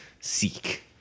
seek